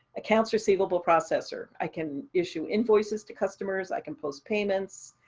accounts receivable processor. i can issue invoices to customers, i can post payments.